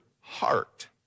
heart